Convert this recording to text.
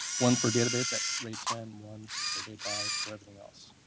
one for database at rate ten, one or raid five, for everything else.